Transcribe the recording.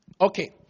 Okay